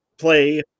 play